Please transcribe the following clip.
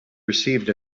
received